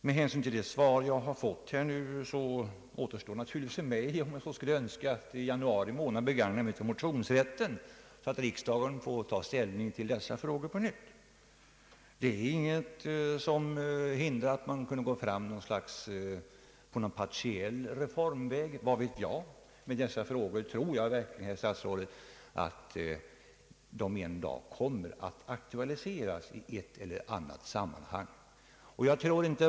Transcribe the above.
Med hänsyn till det svar som jag har fått kan jag naturligtvis, om jag så skulle önska, i januari månad begagna mig av motionsrätten så att riksdagen får ta ställning till dessa frågor på nytt. Ingenting hindrar väl att man kunde gå fram på de partiella reformernas väg — vad vet jag — men jag tror, herr statsråd, att dessa frågor en dag kommer att aktualiseras i ett eller annat sammanhang.